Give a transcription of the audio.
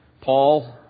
Paul